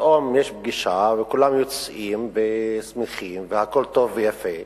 פתאום יש פגישה וכולם יוצאים שמחים והכול טוב ויפה.